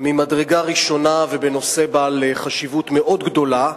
ממדרגה ראשונה ובנושא בעל חשיבות מאוד גדולה,